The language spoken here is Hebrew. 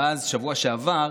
ואז בשבוע שעבר